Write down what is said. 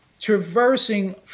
traversing